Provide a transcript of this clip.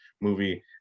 movie